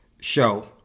show